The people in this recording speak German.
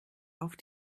auf